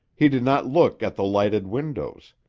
he did not look at the lighted windows.